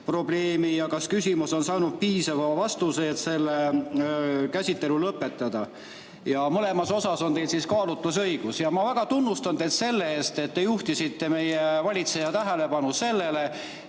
probleemi ja kas küsimus on saanud piisava vastuse, et selle käsitlemine lõpetada. Mõlemas osas on teil kaalutlusõigus. Ma väga tunnustan teid selle eest, et te juhtisite meie valitseja tähelepanu sellele,